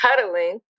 cuddling